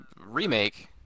remake